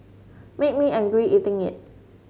made me angry eating it